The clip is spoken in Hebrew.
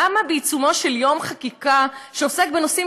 למה בעיצומו של יום חקיקה שעוסק בנושאים